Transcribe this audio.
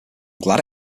glad